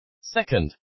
Second